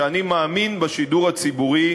שאני מאמין בשידור הציבורי,